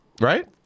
Right